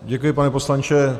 Děkuji, pane poslanče.